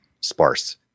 sparse